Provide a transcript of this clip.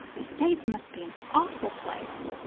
the states must be an awful place.